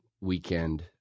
Weekend